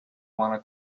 wanna